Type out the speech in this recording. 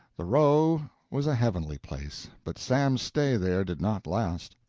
the roe was a heavenly place, but sam's stay there did not last.